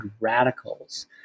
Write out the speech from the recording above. radicals